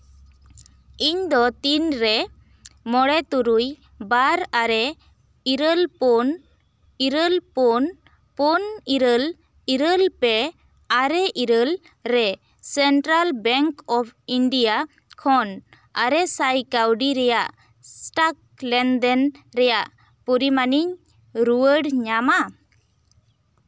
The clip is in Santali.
ᱤᱧ ᱫᱚ ᱛᱤᱱ ᱨᱮ ᱢᱚᱬᱮ ᱛᱩᱨᱩᱭ ᱵᱟᱨ ᱟᱨᱮ ᱤᱨᱟᱹᱞ ᱯᱩᱱ ᱤᱨᱟᱹᱞ ᱯᱩᱱ ᱯᱩᱱ ᱤᱨᱟᱹᱞ ᱤᱨᱟᱹᱞ ᱯᱮ ᱟᱨᱮ ᱤᱨᱟᱹᱞ ᱨᱮ ᱥᱮᱱᱴᱨᱟᱞ ᱵᱮᱝᱠ ᱚᱯᱷ ᱤᱱᱰᱤᱭᱟ ᱠᱷᱚᱱ ᱟᱨᱮ ᱥᱟᱭ ᱠᱟᱹᱣᱰᱤ ᱨᱮᱭᱟᱜ ᱥᱴᱟᱠ ᱞᱮᱱᱫᱮᱱ ᱨᱮᱭᱟᱜ ᱯᱚᱨᱤᱢᱟᱱᱤᱧ ᱨᱩᱣᱟᱹᱲ ᱧᱟᱢᱟ